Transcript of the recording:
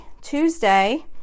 Tuesday